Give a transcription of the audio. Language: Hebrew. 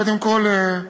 קודם כול,